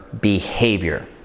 behavior